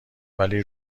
ولی